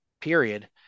period